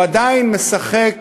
הוא עדיין משחק